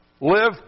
live